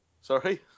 Sorry